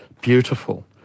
beautiful